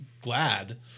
glad